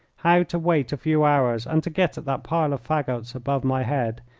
how to wait a few hours and to get at that pile of fagots above my head,